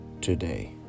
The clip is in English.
today